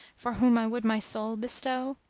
for whom i would my soul bestow?